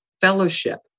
fellowship